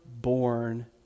born